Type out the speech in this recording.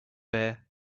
here